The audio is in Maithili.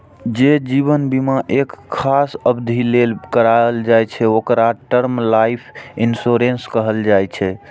जे जीवन बीमा एक खास अवधि लेल कराएल जाइ छै, ओकरा टर्म लाइफ इंश्योरेंस कहल जाइ छै